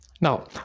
Now